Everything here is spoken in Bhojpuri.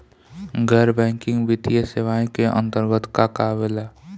गैर बैंकिंग वित्तीय सेवाए के अन्तरगत का का आवेला?